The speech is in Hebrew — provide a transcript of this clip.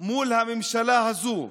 מול הממשלה הזו.